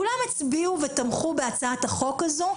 כולם הצביעו ותמכו בהצעת החוק הזו,